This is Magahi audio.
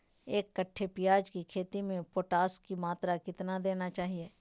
एक कट्टे प्याज की खेती में पोटास की मात्रा कितना देना चाहिए?